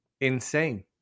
Insane